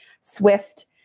swift